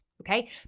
okay